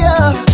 up